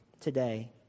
today